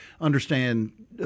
understand